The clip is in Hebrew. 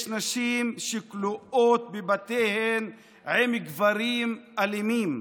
יש נשים שכלואות בבתיהן עם גברים אלימים.